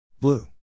Blue